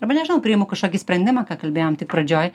arba nežinau priimu kažkokį sprendimą ką kalbėjom tik pradžioj